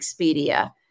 Expedia